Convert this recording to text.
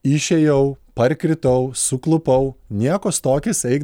išėjau parkritau suklupau nieko stokis eik